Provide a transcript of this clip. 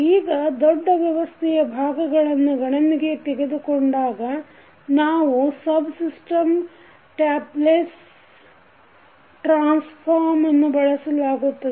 ಈಗ ದೊಡ್ಡ ವ್ಯವಸ್ಥೆಯ ಭಾಗಗಳನ್ನು ಗಣನೆಗೆ ತೆಗೆದುಕೊಂಡಾಗ ನಾವು subsystem Laplace transform ಅನ್ನು ಬಳಸಲಾಗುತ್ತದೆ